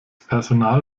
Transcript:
personal